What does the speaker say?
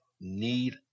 need